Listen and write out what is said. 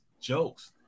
jokes